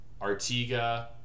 Artiga